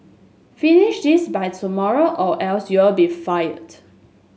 finish this by tomorrow or else you'll be fired